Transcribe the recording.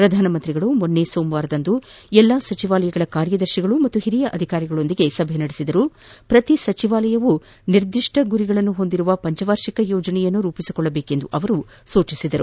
ಪ್ರಧಾನಮಂತ್ರಿಗಳು ಮೊನ್ನೆ ಸೋಮವಾರದಂದು ಎಲ್ಲ ಸಚಿವಾಲಯಗಳ ಕಾರ್ಯದರ್ಶಿಗಳು ಮತ್ತು ಹಿರಿಯ ಅಧಿಕಾರಿಗಳೊಂದಿಗೆ ಸಭೆ ನಡೆಸಿದ್ದು ಪ್ರತಿ ಸಚಿವಾಲಯವೂ ನಿರ್ದಿಷ್ಟ ಗುರಿ ಹೊಂದಿರುವ ಪಂಚವಾರ್ಷಿಕ ಯೋಜನೆಯನ್ನು ರೂಪಿಸಿಕೊಳ್ಳುವಂತೆ ಸೂಚಿಸಿದ್ದಾರೆ